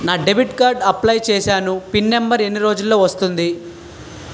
నా debit card కి apply చూసాను పిన్ నంబర్ ఎన్ని రోజుల్లో వస్తుంది?